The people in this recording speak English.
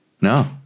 No